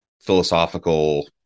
philosophical